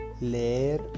Leer